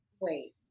wait